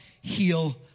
heal